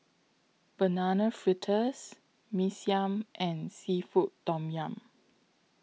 Banana Fritters Mee Siam and Seafood Tom Yum